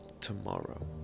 tomorrow